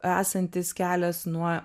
esantis kelias nuo